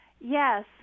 Yes